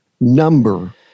number